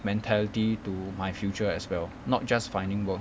mentality to my future as well not just finding work